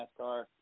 NASCAR